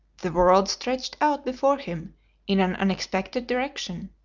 the world stretched out before him in an unexpected direction,